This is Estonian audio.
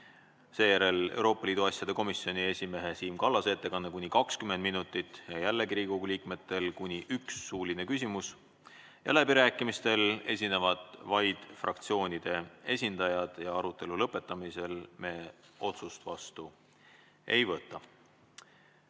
Seejärel tuleb Euroopa Liidu asjade komisjoni esimehe Siim Kallase ettekanne kuni 20 minutit ja jällegi on Riigikogu liikmetel võimalik esitada üks suuline küsimus. Läbirääkimistel esinevad vaid fraktsioonide esindajad ja arutelu lõpetamisel me otsust vastu ei võta.